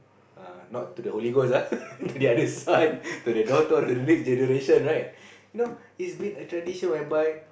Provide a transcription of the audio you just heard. ah not to the holy ghost ah to the others one to the daughter or to the next generation right you know it been a tradition where by